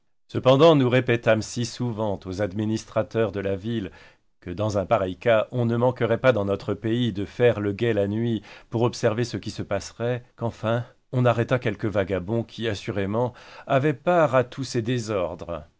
cependant nous répétâmes si souvent aux administrateurs de la ville que dans un pareil cas on ne manquerait pas dans notre pays de faire le guet la nuit pour observer ce qui se passerait qu'enfin on arrêta quelques vagabons qui assurément avaient part à tous ces désordres